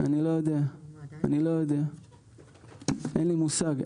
אני לא יודע, אין לי מושג.